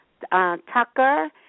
Tucker